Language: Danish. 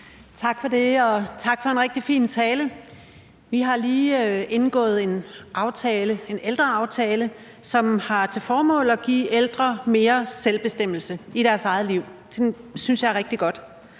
Tak for det, og tak for en rigtig fin tale. Vi har lige indgået en ældreaftale, som har til formål at give de ældre mere selvbestemmelse i deres eget liv. Det synes jeg er rigtig godt.